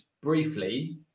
briefly